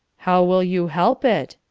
how will you help it?